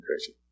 crazy